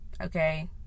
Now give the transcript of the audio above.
Okay